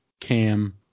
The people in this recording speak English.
Cam